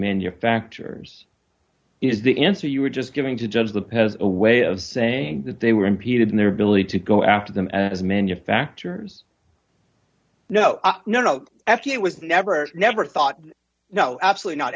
manufacturers is the answer you were just giving to judge the pez way of saying that they were impeded in their ability to go after them as manufacturers no no no f d a was never never thought no absolutely not